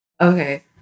Okay